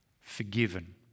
forgiven